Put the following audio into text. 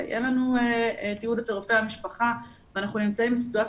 אין לנו תיעוד אצל רופא המשפחה ואנחנו נמצאים בסיטואציה